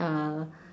uh